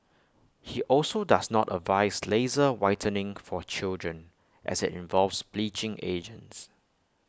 he also does not advise laser whitening for children as IT involves bleaching agents